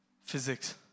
Physics